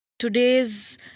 Today's